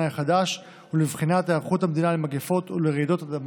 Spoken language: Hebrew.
החדש ולבחינת היערכות המדינה למגפות ולרעידות אדמה.